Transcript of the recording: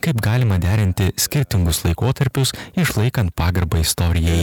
kaip galima derinti skirtingus laikotarpius išlaikant pagarbą istorijai